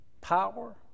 power